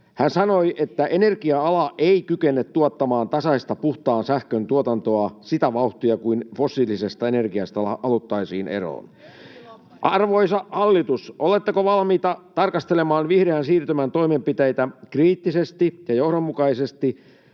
Hän sanoi, että energia-ala ei kykene tuottamaan tasaista puhtaan sähkön tuotantoa sitä vauhtia kuin fossiilisesta energiasta haluttaisiin eroon. Arvoisa hallitus, oletteko valmiita tarkastelemaan vihreän siirtymän toimenpiteitä kriittisesti ja johdonmukaisesti